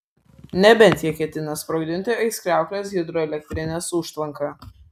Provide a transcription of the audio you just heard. nebent jie ketina sprogdinti aizkrauklės hidroelektrinės užtvanką